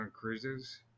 cruises